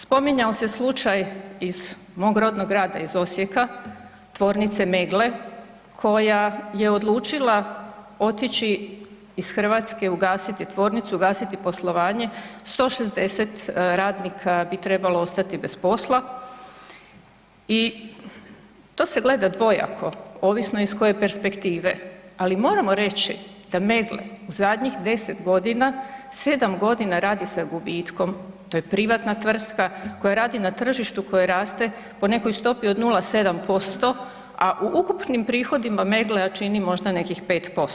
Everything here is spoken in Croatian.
Spominjao se slučaj iz mog rodnog grada iz Osijeka tvornice Meggle koja je odlučila otići iz Hrvatske, ugasiti tvornicu, ugasiti poslovanje 160 radnika bi trebalo ostati bez posla i to se gleda dvojako ovisno iz koje perspektive, ali moramo reći da Meggle u zadnjih 10 godina 7 godina radi sa gubitkom, to je privatna tvrtka koja radi na tržištu koje raste po nekoj stopi od 0,7%, a u ukupnim prihodima Meggle-a čini možda nekih 5%